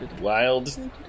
Wild